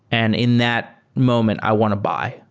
and in that moment, i want to buy.